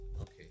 Okay